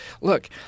Look